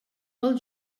pel